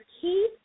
Keith